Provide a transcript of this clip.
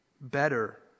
better